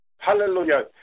Hallelujah